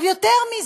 יותר מזה: